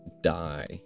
die